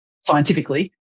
scientifically